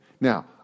Now